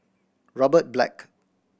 Robert Black